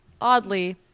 oddly